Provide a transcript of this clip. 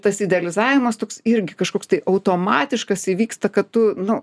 tas idealizavimas toks irgi kažkoks tai automatiškas įvyksta kad tu nu